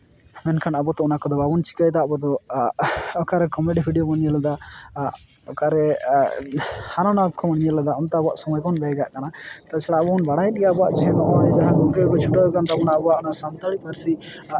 ᱢᱮᱱᱠᱷᱟᱱ ᱟᱵᱚ ᱛᱚ ᱚᱱᱟ ᱠᱚᱫᱚ ᱵᱟᱵᱚᱱ ᱪᱤᱠᱟᱹᱭᱫᱟ ᱟᱵᱚᱫᱚ ᱚᱠᱟᱨᱮ ᱠᱚᱢᱮᱰᱤ ᱵᱷᱤᱰᱭᱳ ᱵᱚᱱ ᱧᱮᱞ ᱮᱫᱟ ᱚᱠᱟᱨᱮ ᱦᱟᱱᱟ ᱱᱚᱣᱟ ᱠᱚᱵᱚᱱ ᱧᱮᱞ ᱮᱫᱟ ᱚᱱᱟᱛᱮ ᱟᱵᱚᱣᱟᱜ ᱥᱚᱢᱚᱭ ᱵᱚᱱ ᱵᱮᱭ ᱠᱟᱜ ᱠᱟᱱᱟ ᱛᱟᱪᱷᱟᱲᱟ ᱟᱵᱚᱵᱚᱱ ᱵᱟᱲᱟᱭᱮᱫ ᱜᱮᱭᱟ ᱟᱵᱚᱣᱟᱜ ᱡᱟᱦᱟᱸ ᱜᱚᱢᱠᱮ ᱠᱚᱠᱚ ᱪᱷᱩᱴᱟᱹᱣ ᱟᱠᱟᱱ ᱛᱟᱵᱚᱱᱟ ᱟᱵᱚᱣᱟᱜ ᱚᱱᱟ ᱥᱟᱱᱛᱟᱲᱤ ᱯᱟᱹᱨᱥᱤ